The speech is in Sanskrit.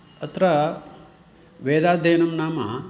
अत्र वेदाध्ययनं नाम